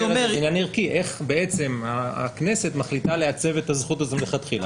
איך הכנסת מחליטה לעצב את הזכות הזאת מלכתחילה.